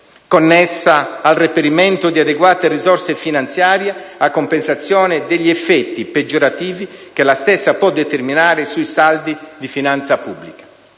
connessa al reperimento di adeguate risorse finanziarie a compensazione degli effetti peggiorativi che la stessa può determinare sui saldi di finanza pubblica.